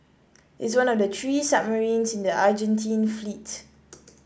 it's one of the three submarines in the Argentine fleet